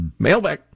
Mailback